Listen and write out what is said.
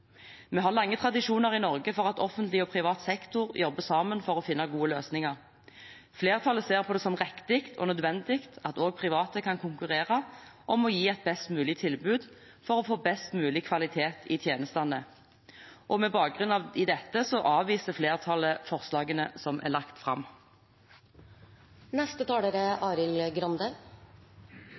Vi har lange tradisjoner i Norge for at offentlig og privat sektor jobber sammen for å finne gode løsninger. Flertallet ser det som riktig og nødvendig at også private kan konkurrere om å gi et best mulig tilbud, for å få best mulig kvalitet i tjenestene. Med bakgrunn i dette avviser flertallet forslagene som er lagt